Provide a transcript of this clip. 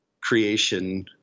creation